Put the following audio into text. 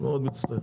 אני מאוד מצטער,